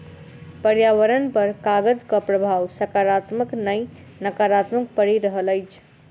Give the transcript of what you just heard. पर्यावरण पर कागजक प्रभाव साकारात्मक नै नाकारात्मक पड़ि रहल अछि